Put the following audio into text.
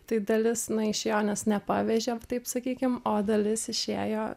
tai dalis išėjo nes nepavežė taip sakykim o dalis išėjo